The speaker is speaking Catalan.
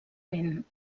vent